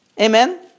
Amen